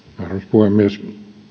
puhemies